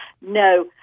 No